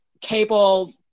cable